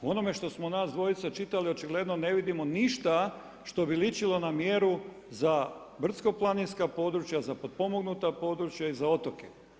Po onome što smo nas dvojica čitali očigledno ne vidimo ništa što bi ličilo na mjeru za brdsko-planinska područja, za potpomognuta područja i za otoke.